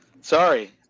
Sorry